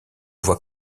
voit